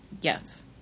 Yes